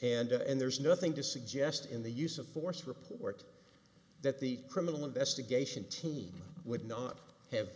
d and there's nothing to suggest in the use of force report that the criminal investigation team would not have